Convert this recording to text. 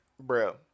Bro